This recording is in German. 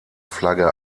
flagge